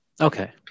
Okay